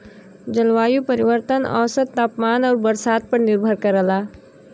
जलवायु परिवर्तन औसत तापमान आउर बरसात पर निर्भर करला